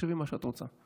תחשבי מה שאת רוצה.